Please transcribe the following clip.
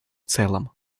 целом